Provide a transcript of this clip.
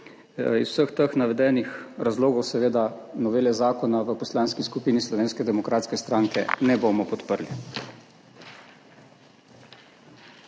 Iz vseh teh navedenih razlogov seveda novele zakona v Poslanski skupini Slovenske demokratske stranke ne bomo podprli.